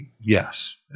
Yes